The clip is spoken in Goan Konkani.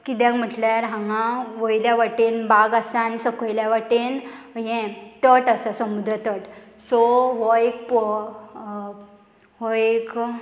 किद्याक म्हटल्यार हांगा वयल्या वटेन बाग आसा आनी सकयल्या वाटेन हे तट आसा समुद्र तट सो हो एक पो हो एक